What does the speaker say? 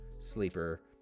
sleeper